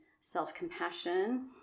self-compassion